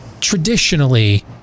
traditionally